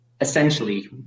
essentially